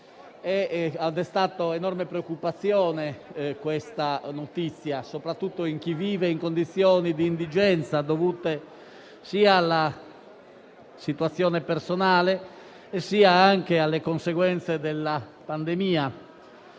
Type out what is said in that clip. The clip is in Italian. destato enorme preoccupazione, soprattutto in chi vive in condizioni di indigenza, dovute sia alla situazione personale, sia alle conseguenze della pandemia.